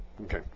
Okay